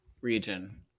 region